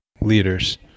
leaders